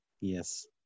Yes